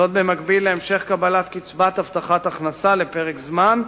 במקביל להמשך קבלת קצבת הבטחת הכנסה לפרק זמן,